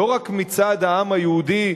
לא רק מצד העם היהודי,